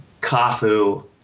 Kafu